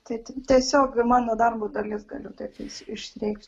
tai tiesiog mano darbo dalis galiu taip iš išreikšti